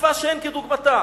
רדיפה שאין כדוגמתה,